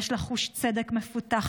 יש לה חוש צדק מפותח,